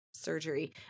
Surgery